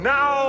Now